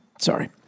Sorry